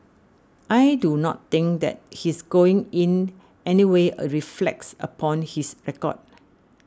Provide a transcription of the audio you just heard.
I do not think that his going in anyway a reflects upon his record